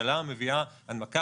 הממשלה מביאה הנמקה.